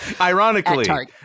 Ironically